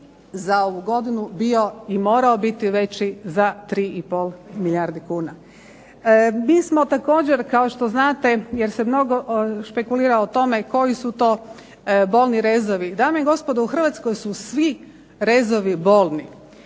za ovu godinu bio i morao biti veći za 3 i pol milijardi kuna. Mi smo također kao što znate jer se mnogo špekulira o tome koji su to bolni rezovi. Dame i gospodo, u Hrvatskoj su svi rezovi bolni.